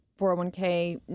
401k